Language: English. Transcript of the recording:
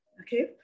okay